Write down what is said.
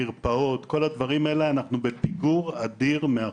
מרפאות - בכל הדברים האלה אנחנו בפיגור אדיר מאחור.